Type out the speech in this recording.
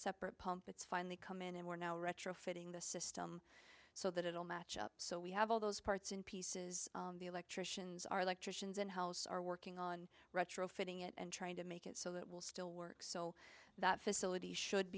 separate pump it's finally come in and we're now retrofitting the system so that it will match up so we have all those parts in pieces the electricians our electricians in house are working on retrofitting it and trying to make it so that it will still work so that facility should